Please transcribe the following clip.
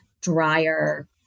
drier